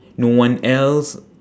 no one else